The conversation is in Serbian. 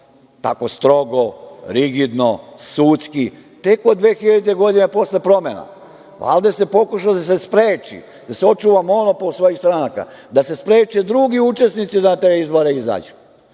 tako strogo, rigidno, sudski tek od 2000. godine posle promena. Valjda se pokušalo da se spreči, da se očuva monopol svojih stranaka, da se spreče drugi učesnici da na te izbore izađu. Evo,